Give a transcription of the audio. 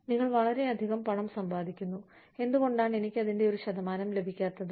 നിങ്ങൾ വളരെയധികം പണം സമ്പാദിക്കുന്നു എന്തുകൊണ്ടാണ് എനിക്ക് അതിന്റെ ഒരു ശതമാനം ലഭിക്കാത്തത്